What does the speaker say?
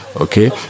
Okay